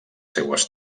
seues